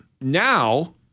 Now